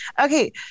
Okay